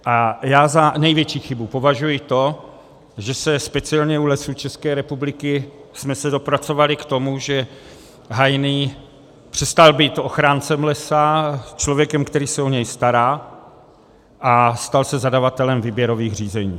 A já za největší chybu považuji to, že speciálně u Lesů České republiky jsme se dopracovali k tomu, že hajný přestal být ochráncem lesa, člověkem, který se o něj stará, a stal se zadavatelem výběrových řízení.